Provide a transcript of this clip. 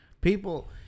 People